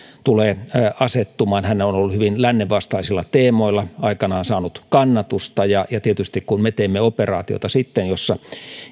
tulee asettumaan hänhän on hyvin lännenvastaisilla teemoilla aikanaan saanut kannatusta ja ja tietysti kun me teemme operaatiota jossa